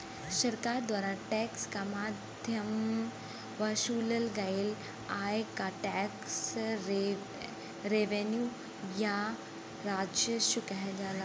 सरकार द्वारा टैक्स क माध्यम वसूलल गयल आय क टैक्स रेवेन्यू या राजस्व कहल जाला